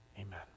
Amen